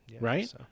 Right